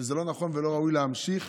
שזה לא ראוי ולא נכון להמשיך